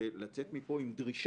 זה לצאת מפה עם דרישה,